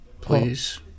Please